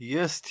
Yes